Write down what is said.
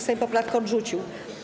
Sejm poprawkę odrzucił.